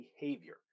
behavior